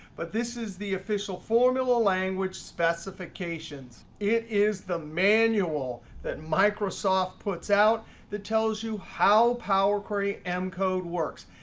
but this is the official formula language specifications. it is the manual that microsoft puts out that tells you how power query m code works.